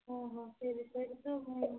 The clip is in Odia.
ହଁ ହଁ ସେ ବିଷୟରେ ତ ମୁଁ